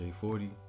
J40